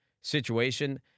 situation